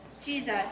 Jesus